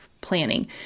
planning